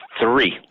Three